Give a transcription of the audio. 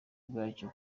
bwacyo